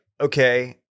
okay